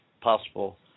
possible